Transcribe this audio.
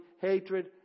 hatred